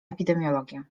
epidemiologia